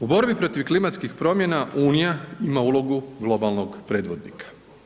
U borbi protiv klimatskih promjena unija ima ulogu globalnog predvodnika.